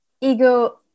ego